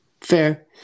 Fair